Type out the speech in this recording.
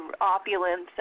opulence